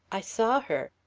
i saw her.